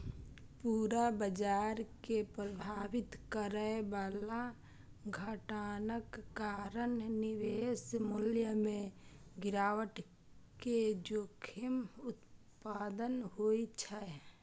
पूरा बाजार कें प्रभावित करै बला घटनाक कारण निवेश मूल्य मे गिरावट के जोखिम उत्पन्न होइ छै